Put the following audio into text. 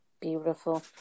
Beautiful